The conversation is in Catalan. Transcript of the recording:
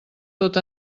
tot